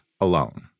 alone